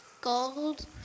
gold